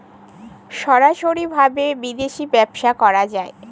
সরাসরি ভাবে বিদেশী ব্যবসা করা যায়